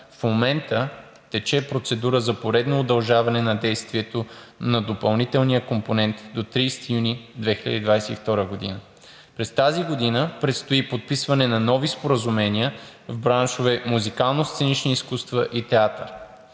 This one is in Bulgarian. В момента тече процедура за поредно удължаване на действието на допълнителния компонент до 30 юни 2022 г. През тази година предстои подписване на нови споразумения в браншове „Музикално-сценични изкуства“ и „Театър“.